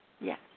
Yes